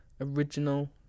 original